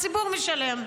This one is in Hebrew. הציבור משלם.